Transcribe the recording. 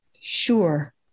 sure